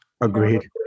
Agreed